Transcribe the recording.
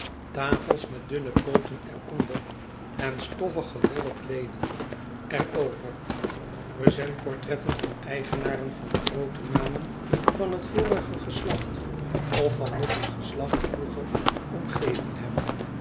tafels met dunne pooten er onder en stoffige wollen kleeden een bezoeker bij mijnheer snaosby ai er over present portretten van eigenaren van groote namen van het vorige geslacht of van nog een geslacht vroeger omgeven